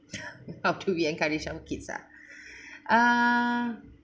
how to we encourage our kids uh err